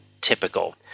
typical